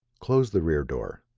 close the rear door.